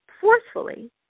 forcefully